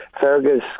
Fergus